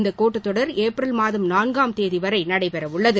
இந்தக் கூட்டத்தொடர் ஏப்ரல் மாதம் நான்காம் தேதிவரை நடைபெறவுள்ளது